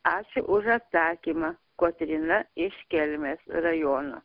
ačiū už atsakymą kotryna iš kelmės rajono